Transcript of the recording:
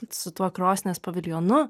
su tuo krosnies paviljonu